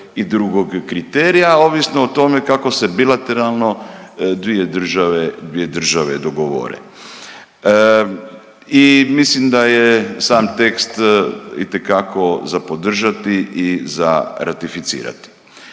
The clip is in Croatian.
i drugog kriterija, ovisno o tome kako se bilateralno dvije države dogovore. I mislim da je sam tekst itekako za podržati i ratificirati.